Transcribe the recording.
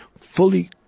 fully